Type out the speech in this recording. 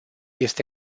este